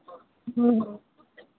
हाँ हाँ